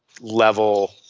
level